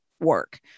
work